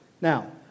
Now